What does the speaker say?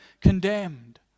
condemned